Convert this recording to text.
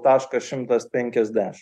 taškas šimtas penkiasdeš